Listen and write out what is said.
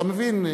אתה מבין?